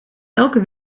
elke